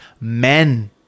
men